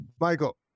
michael